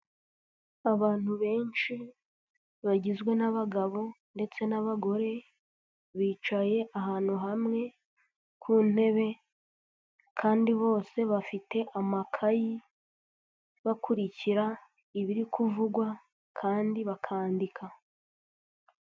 Abantu benshi bagizwe n'abagabo ndetse n'abagore, bicaye ahantu hamwe ku ntebe, kandi bose bafite amakayi, bakurikira ibiri kuvugwa, kandi bakandika.